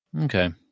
okay